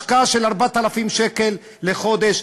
זה השקעה של 4,000 שקל לחודש,